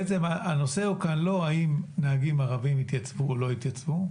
הנושא הוא כאן לא האם נהגים ערבים התייצבו או לא התייצבו.